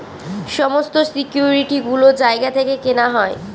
সমস্ত সিকিউরিটি গুলো জায়গা থেকে কেনা হয়